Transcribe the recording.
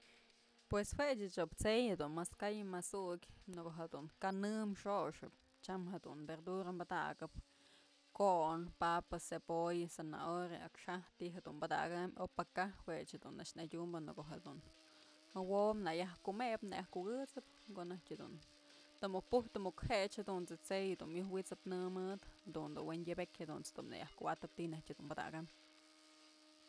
Pues jue ëch ob t'sey dun mas ka'ay mas ukyë në ko'o jedun kanë xoxëp tyam jedun verdura padakëp kon papa, cebolla, zanahoria, akxaj ti'i jedun padakambyë o pë juech jedun na'ax adyumbë në ko'o jedun wo'o na yaj kumebë në yaj kukësëb konajtë jedun të muk puj të muj jechë jadunt's je'e t'sey dun myojwi'isëp në mëd dun du we'en yëbëkyë jadunt's dun nayaj kuwa'atëp ti'i najtyë dun padakaym.